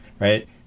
right